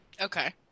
Okay